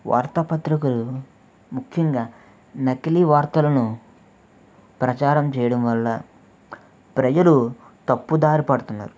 వార్తాపత్రికలు ముఖ్యంగా నకిలీ వార్తలను ప్రచారం చేయడం వల్ల ప్రజలు తప్పుదారి పడుతున్నారు